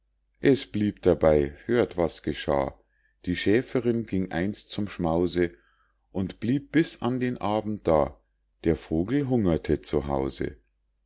es blieb dabei hört was geschah die schäferin ging einst zum schmause und blieb bis an den abend da der vogel hungerte